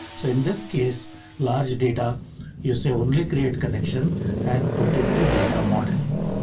so in this case large data you see only create connection and put it to data model.